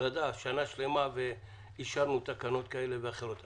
כנראה שסתם חרגנו במשך שנה שלמה ואישרנו תקנות כאלו ואחרות.